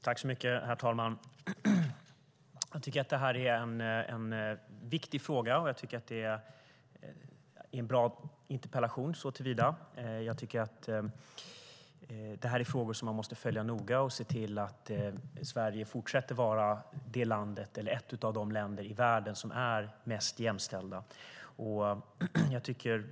Herr talman! Det här är en viktig fråga, och det är en bra interpellation så till vida. Det här är något man måste följa noga och se till att Sverige fortsätter vara ett av de länder i världen som är mest jämställda.